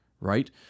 right